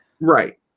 Right